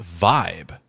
vibe